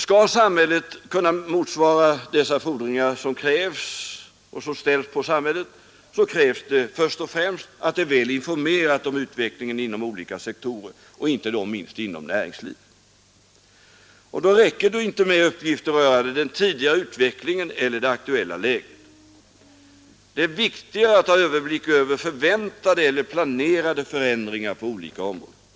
Skall samhället kunna motsvara de fordringar som ställs på samhället, krävs först och främst att det är väl Rd é 7 informerat om utvecklingen inom olika sektorer, inte minst inom aKtie Og Se ekonomiska för näringslivet. Då räcker det inte med uppgifter rörande den tidigare utvecklingen eller det aktuella läget. Det är viktigare att ha överblick över förväntade eller planerade förändringar på olika områden.